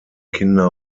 kinder